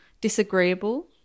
disagreeable